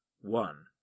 one